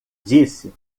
disse